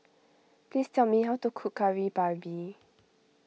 please tell me how to cook Kari Babi